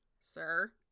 sir